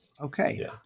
Okay